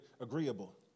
agreeable